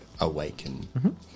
awaken